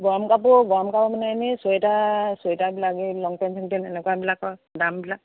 গৰম কাপোৰ গৰম কাপোৰ মানে এনে চুৱেটাৰ চুৱেটাৰ বিলাকেই লং পেন্ট এনেকুৱা বিলাকৰ দামবিলাক